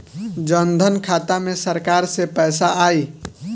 जनधन खाता मे सरकार से पैसा आई?